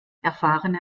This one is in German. erfahrene